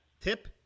Tip